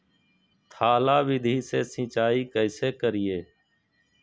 थाला विधि से सिंचाई कैसे करीये?